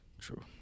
True